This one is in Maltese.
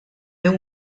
min